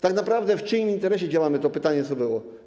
Tak naprawdę, w czyim interesie działamy, to pytanie, które było.